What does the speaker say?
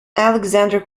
alexander